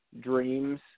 dreams